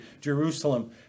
Jerusalem